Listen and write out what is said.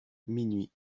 minuit